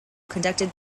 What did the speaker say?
conducted